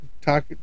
talk